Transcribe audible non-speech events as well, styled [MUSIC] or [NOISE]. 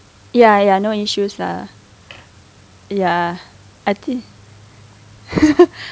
ya ya no issues lah ya I think [LAUGHS]